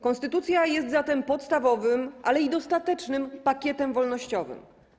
Konstytucja jest zatem podstawowym, ale i dostatecznym pakietem wolnościowym.